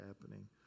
happening